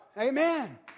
Amen